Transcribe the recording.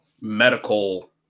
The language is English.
medical